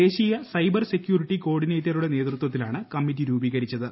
ദേശീയ cyber security കോഡിനേറ്ററുടെ നേതൃത്വത്തിലാണ് കമ്മിറ്റി രൂപീകരിച്ചത്